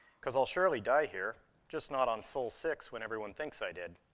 cause i'll surely die here, just not on sol six when everyone thinks i did.